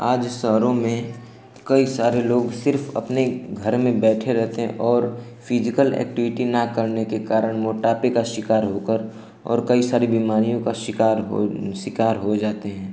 आज शहरों में कई सारे लोग सिर्फ़ अपने घर में बैठे रहते हैं और फ़िजिकल एक्टिविटी न करने के कारण मोटापे का शिकार होकर और कई सारी बीमारियों का शिकार हो शिकार हो जाते हैं